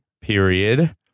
period